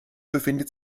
befindet